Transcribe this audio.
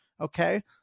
Okay